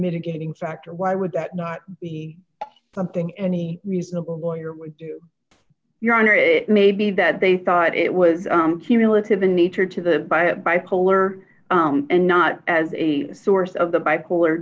mitigating factor why would that not be something any reasonable lawyer would do your honor it may be that they thought it was seamless of a nature to the by a bipolar and not as a source of the bipolar